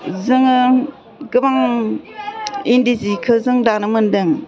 जोङो गोबां इन्दि जिखौ जों दानो मोनदों